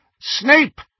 Snape